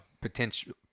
potential